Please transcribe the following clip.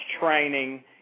training